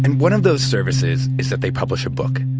and one of those services is that they publish a book,